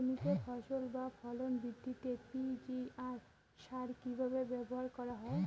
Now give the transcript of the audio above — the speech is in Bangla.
জমিতে ফসল বা ফলন বৃদ্ধিতে পি.জি.আর সার কীভাবে ব্যবহার করা হয়?